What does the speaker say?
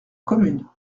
commune